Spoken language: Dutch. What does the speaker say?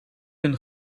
een